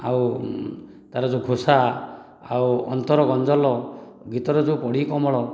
ଆଉ ତା'ର ଯେଉଁ ଘୋଷା ଆଉ ଅନ୍ତର ଗଂଜଲ ଗୀତର ଯେଉଁ ପଢ଼ି କମଳ